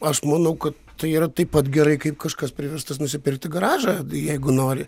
aš manau kad tai yra taip pat gerai kaip kažkas priverstas nusipirkti garažą jeigu nori